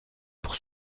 pour